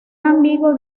amigo